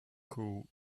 cool